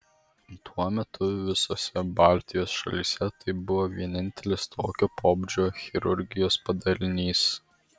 tuo metu visose baltijos šalyse tai buvo vienintelis tokio pobūdžio chirurgijos padalinys